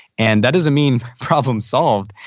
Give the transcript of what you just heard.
and that doesn't mean problem solved.